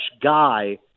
guy